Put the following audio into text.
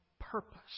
purpose